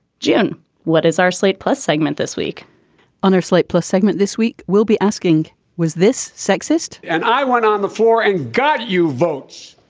jenn what is our slate plus segment this week on our slate plus segment this week we'll be asking was this sexist and i went on the floor and got you votes.